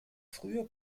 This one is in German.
früher